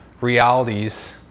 realities